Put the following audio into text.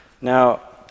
Now